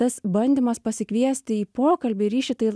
tas bandymas pasikviesti į pokalbį ryšį tai